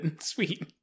sweet